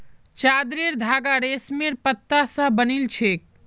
चादरेर धागा रेशमेर पत्ता स बनिल छेक